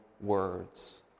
words